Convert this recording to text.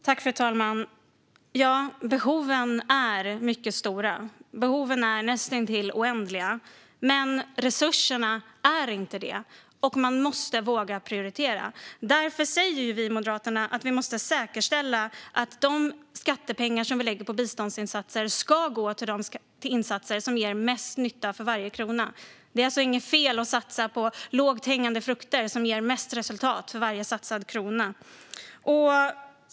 Fru talman! Ja, behoven är mycket stora. Behoven är nästintill oändliga, men det är inte resurserna. Man måste våga prioritera. Därför säger vi moderater att vi måste säkerställa att de skattepengar som vi lägger på biståndsinsatser ska gå till insatser som ger mest nytta för varje krona. Det är alltså inte fel att satsa på lågt hängande frukter som ger mest resultat för varje satsad krona.